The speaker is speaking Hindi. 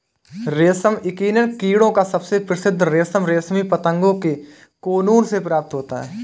रेशम यकीनन कीड़ों का सबसे प्रसिद्ध रेशम रेशमी पतंगों के कोकून से प्राप्त होता है